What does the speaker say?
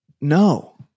No